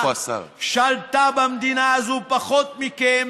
שלטה במדינה הזאת פחות מכם,